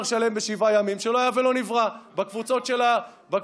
הכשרות ולייצר תחרות, אז הרבה מאוד לא אוכלים כשר.